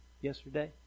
yesterday